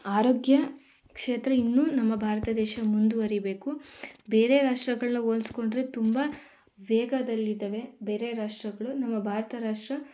ಆರೋಗ್ಯ ಕ್ಷೇತ್ರ ಇನ್ನೂ ನಮ್ಮ ಭಾರತ ದೇಶ ಮುಂದುವರಿಬೇಕು ಬೇರೆ ರಾಷ್ಟ್ರಗಳನ್ನ ಹೋಲಿಸ್ಕೊಂಡ್ರೆ ತುಂಬ ವೇಗದಲ್ಲಿದ್ದಾವೆ ಬೇರೆ ರಾಷ್ಟ್ರಗಳು ನಮ್ಮ ಭಾರತ ರಾಷ್ಟ್ರ